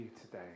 today